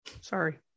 Sorry